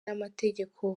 n’amategeko